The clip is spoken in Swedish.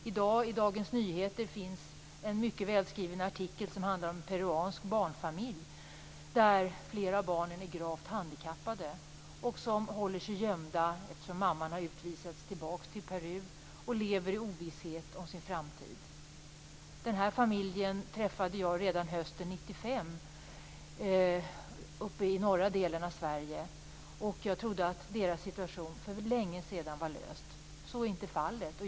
I dagens Dagens Nyheter finns en mycket välskriven artikel som handlar om en peruansk barnfamilj där flera av barnen är gravt handikappade. De håller sig gömda, eftersom mamman har utvisats tillbaka till Peru, och lever i ovisshet om sin framtid. Den här familjen träffade jag redan hösten 1995 i norra delen av Sverige. Jag trodde att deras situation för länge sedan var löst. Så är inte fallet.